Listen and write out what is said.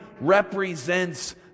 represents